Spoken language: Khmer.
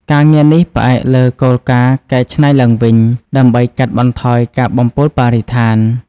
ការងារនេះផ្អែកលើគោលការណ៍ "កែច្នៃឡើងវិញ" ដើម្បីកាត់បន្ថយការបំពុលបរិស្ថាន។